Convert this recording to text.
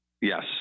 yes